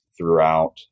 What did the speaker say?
throughout